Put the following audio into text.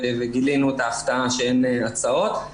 וגילינו את ההפתעה שאין הצעות.